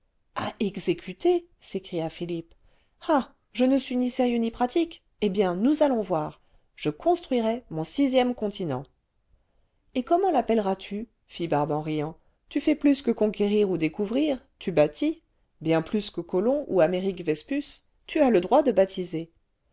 a exécuter s'écria'philippe ah je ne suis'ni sérieux ni pratique eh'bien nous allous voir je construirai mou sixième continent lugubres trouvailles et comment lappelleras tu fit barbe en riant tu fais plus que conquérir ou découvrir tu bâtis bien plus que çolombou amèric yéspnce tu as le droit de baptiser